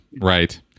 right